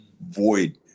Void